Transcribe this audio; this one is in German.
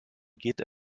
geht